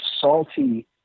salty